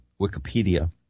Wikipedia